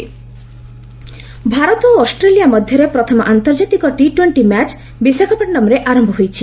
cricket Bharat ଓ Australia ମଧ୍ୟରେ ପ୍ରଥମ ଆନ୍ତର୍ଜାତିକ ଟି ଟୋଣ୍ଟି ମ୍ୟାଚ୍ ବିଶାଖାପଟନମ୍ରେ ଆରମ୍ଭ ହୋଇଛି